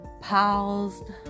paused